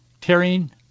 tearing